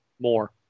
more